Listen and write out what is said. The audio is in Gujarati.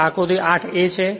આમાં આકૃતિ 8 a છે